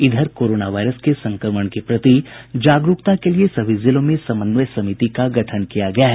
इधर corona virus के संक्रमण के प्रति जागरूकता के लिये सभी जिलों में समन्वय समिति का गठन किया गया है